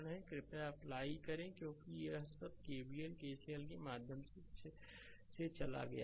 अब कृपया अप्लाई करें क्योंकि यह सब केवीएल केसीएल के माध्यम से चला गया है